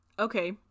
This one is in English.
Okay